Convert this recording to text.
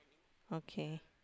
okay